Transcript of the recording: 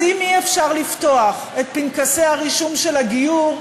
אז אם אי-אפשר לפתוח את פנקסי הרישום של הגיור,